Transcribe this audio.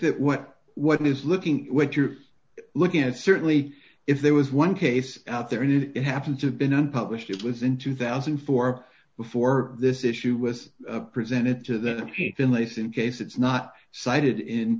that what what is looking what you're looking at certainly if there was one case out there and it happened to have been unpublished it was in two thousand and four before this issue was presented to the beliefs in case it's not cited in